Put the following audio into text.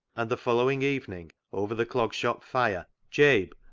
and the following evening over the clog shop fire, jabe,